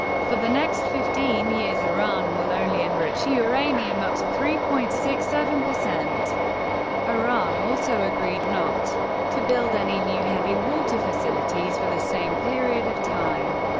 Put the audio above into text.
for the next fifteen years, iran will only enrich uranium up to three point six seven. iran also agreed not to build any new heavy-water facilities for the same period of time.